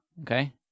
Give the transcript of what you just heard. Okay